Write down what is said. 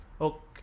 Okay